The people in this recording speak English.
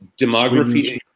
demography